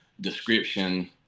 description